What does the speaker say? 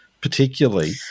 particularly